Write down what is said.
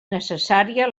necessària